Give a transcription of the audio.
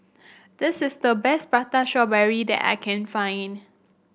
this is the best Prata Strawberry that I can find